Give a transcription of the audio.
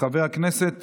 חבר הכנסת